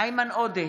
איימן עודה,